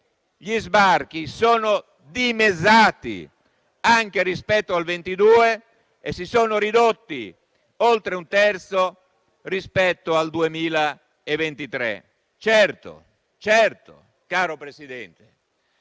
gli sbarchi sono dimezzati anche rispetto al 2022 e si sono ridotti di oltre un terzo rispetto al 2023. Certo, signor Presidente,